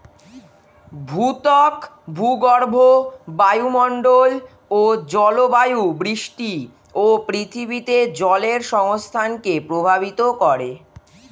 ভূত্বক, ভূগর্ভ, বায়ুমন্ডল ও জলবায়ু বৃষ্টি ও পৃথিবীতে জলের সংস্থানকে প্রভাবিত করে